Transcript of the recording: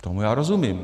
Tomu já rozumím.